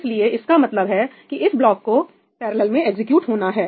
इसलिए इसका मतलब है कि इस ब्लॉक को पैरेलल में एग्जीक्यूट होना है